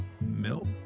milk